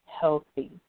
healthy